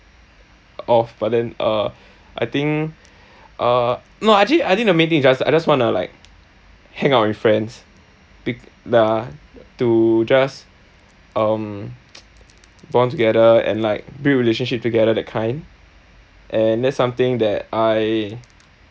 off but then uh I think uh no actually I think the main thing just I just wanna like hang out with friends pick the to just um bond together and like build relationship together that kind and that's something that I